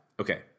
Okay